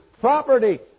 property